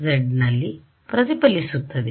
ನಲ್ಲಿ ಪ್ರತಿಫಲಿಸುತ್ತದೆ